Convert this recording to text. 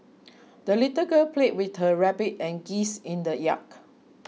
the little girl played with her rabbit and geese in the yard